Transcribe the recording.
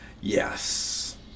Yes